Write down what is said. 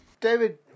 David